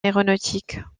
aéronautiques